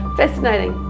fascinating